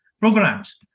programs